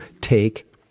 take